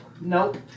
nope